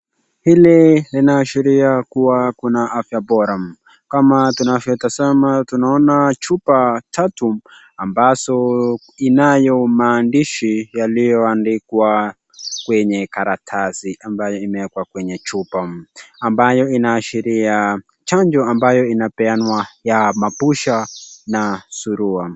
Hili linaashiria kuwa kuna afya bora, kama tunavyo tazama tunaona chupa tatu ambazo inayo maandishi yaliyoandikwa kwenye karatasi ambayo imewekwa kwenye chupa, ambayo inaashiria chanjo ambayo inapeanwa ya mapusha na surua.